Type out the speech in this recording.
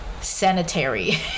sanitary